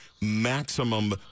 maximum